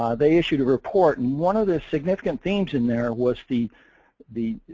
um they issued a report and one of the significant themes in there was the the